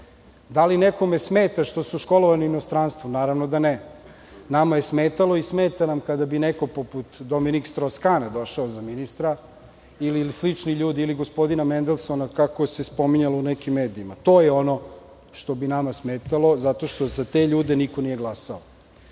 Da li nekome smeta što su školovani u inostranstvu? Naravno da ne. Nama je smetalo i smeta nam kada bi neko poput Dominik Štros Kana došao za ministra, ili slični ljudi, ili gospodin Mendelsona, kako se spominjalo u nekim medijima. To je ono što bi nama smetalo, zato što za te ljude niko nije glasao.